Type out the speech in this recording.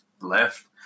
left